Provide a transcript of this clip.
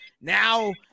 now